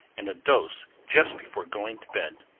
and a dose just before going to bed.